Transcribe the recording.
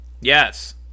Yes